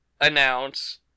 announce